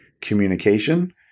communication